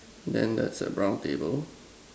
then there's a brown table